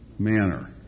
manner